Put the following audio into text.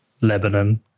Lebanon